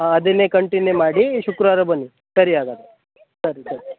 ಹಾಂ ಅದನ್ನೇ ಕಂಟಿನ್ಯೂ ಮಾಡಿ ಶುಕ್ರವಾರ ಬನ್ನಿ ಸರಿ ಹಾಗಾದ್ರೆ ಸರಿ ಸರಿ